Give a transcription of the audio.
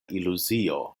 iluzio